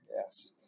yes